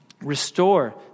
Restore